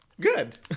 Good